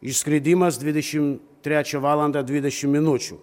išskridimas dvidešim trečią valandą dvidešim minučių